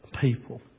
people